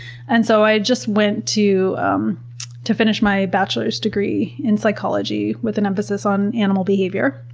and so i just went to um to finish my bachelor's degree in psychology with an emphasis on animal behavior.